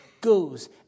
goes